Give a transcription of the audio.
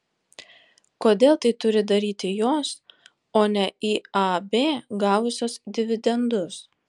kodėl tai turi daryti jos o ne iab gavusios dividendus